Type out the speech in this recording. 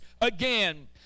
again